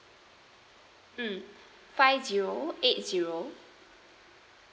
mm five zero eight zero